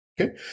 Okay